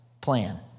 plan